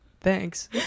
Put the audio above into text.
Thanks